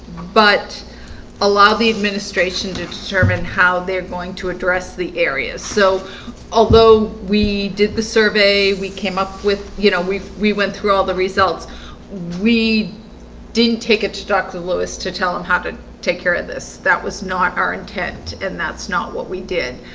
but allow the administration to determine how they're going to address the areas so although we did the survey we came up with, you know, we we went through all the results we didn't take it to dr lewis to tell him how to take care of this that was not our intent and that's not what we did